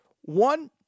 One